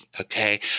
okay